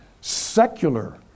Secular